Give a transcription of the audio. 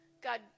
God